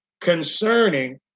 concerning